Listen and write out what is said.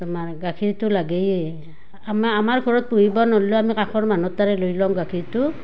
তোমাৰ গাখীৰটো লাগেয়েই আমাৰ আমাৰ ঘৰত পুহিব ন'ৰলেও আমি কাষৰ মানুহৰ তাৰে লৈ লওঁ গাখীৰটো